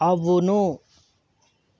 అవును